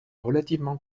relativement